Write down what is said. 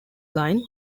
line